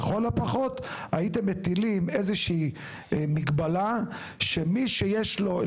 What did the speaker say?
לכל הפחות הייתם מטילים איזה שהיא מגבלה שמי שיש לו,